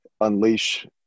unleash